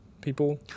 people